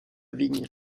vignes